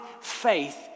faith